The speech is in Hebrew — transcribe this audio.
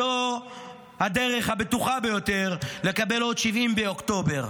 זו הדרך הבטוחה ביותר לקבל עוד 70 באוקטובר,